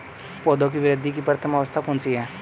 पौधों की वृद्धि की प्रथम अवस्था कौन सी है?